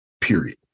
Period